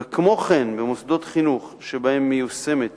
וכמו כן במוסדות חינוך שבהם מיושמת